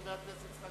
חבר הכנסת יצחק